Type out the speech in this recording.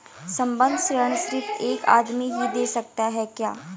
संबंद्ध ऋण सिर्फ एक आदमी ही दे सकता है क्या?